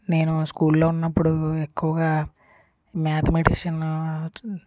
నేను స్కూల్ లో ఉన్నప్పుడు ఎక్కువగా మ్యాథమెటిషన్